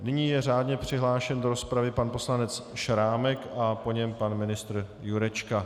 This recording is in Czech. Nyní je řádně přihlášen do rozpravy pan poslanec Šrámek a po něm pan ministr Jurečka.